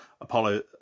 Apollo